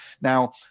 Now